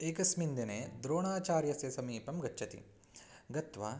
एकस्मिन् दिने द्रोणाचार्यस्य समीपं गच्छति गत्वा